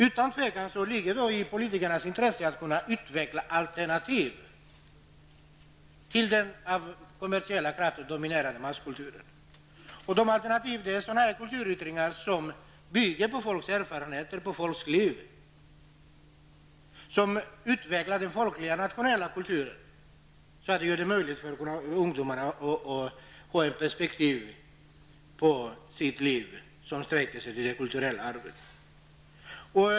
Utan tvivel ligger det i politikernas intresse att kunna utveckla alternativ till den av kommersiella krafter dominerade masskulturen. Alternativen är sådana kulturyttringar som bygger på folks erfarenheter och folks liv, som utvecklar den folkliga nationella kulturen. Den gör det möjligt för våra ungdomar att få ett perspektiv på sitt liv som sträcker sig till det kulturella arvet.